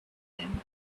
them